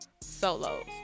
solos